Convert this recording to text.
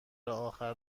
آخر